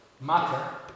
matter